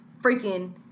freaking